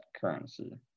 currency